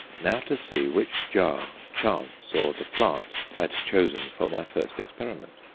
now to see which jar chance or the plant had chosen for my first experiment.